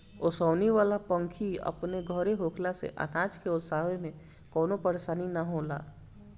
ओसवनी वाला पंखी अपन घरे होखला से अनाज के ओसाए में कवनो परेशानी ना होएला